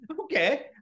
okay